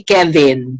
Kevin